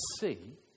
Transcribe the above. see